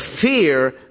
fear